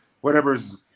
whatever's